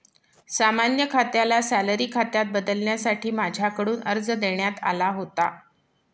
सामान्य खात्याला सॅलरी खात्यात बदलण्यासाठी माझ्याकडून अर्ज देण्यात आला होता